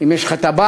אם יש לך טבעת,